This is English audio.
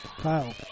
kyle